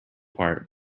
part